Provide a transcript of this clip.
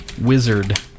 wizard